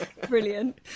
Brilliant